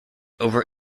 over